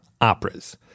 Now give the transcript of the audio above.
operas